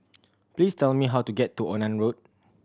please tell me how to get to Onan Road